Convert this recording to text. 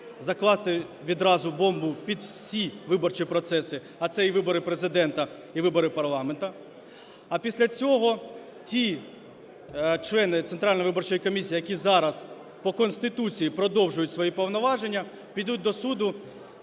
закласти відразу бомбу під всі виборчі процеси, а це і вибори Президента, і вибори парламенту. А після цього ті члени Центральної виборчої комісії, які зараз по Конституції продовжують свої повноваження, підуть до суду